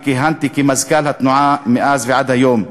וכיהנתי כמזכ"ל התנועה מאז ועד היום.